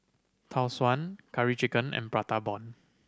Tau Suan Curry Chicken and Prata Bomb